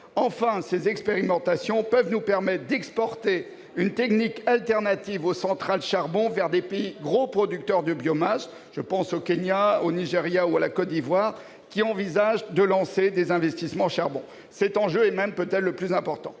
Enfin, ces expérimentations peuvent nous permettre d'exporter une technique alternative aux centrales à charbon vers des pays gros producteurs de biomasse, je pense au Kenya, au Nigéria ou à la Côte-d'Ivoire qui envisagent de lancer des investissements charbon. Cet enjeu est peut-être même le plus important.